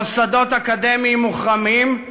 מוסדות אקדמיים מוחרמים.